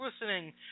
listening